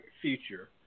Future